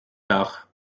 dach